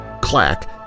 clack